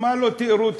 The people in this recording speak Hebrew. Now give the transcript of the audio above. מה לא תיארו,